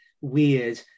weird